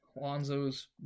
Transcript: Lonzo's